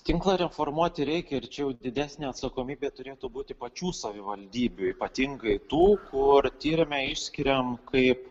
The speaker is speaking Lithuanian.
tinklą reformuoti reikia ir čia jau didesnė atsakomybė turėtų būti pačių savivaldybių ypatingai tų kur tyrime išskiriam kaip